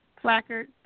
placard